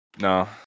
no